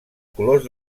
colors